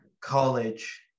college